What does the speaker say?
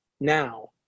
now